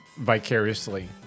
vicariously